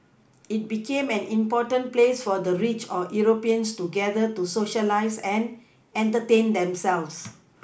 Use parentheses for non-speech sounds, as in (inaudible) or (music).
it became an important place for the rich or Europeans to gather to Socialise and entertain themselves (noise)